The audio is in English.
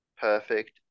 perfect